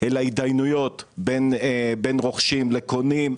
אלא התדיינויות בין רוכשים לקונים.